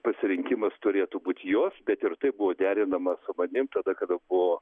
pasirinkimas turėtų būt jos bet ir tai buvo derinama su manim tada kada buvo